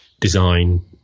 design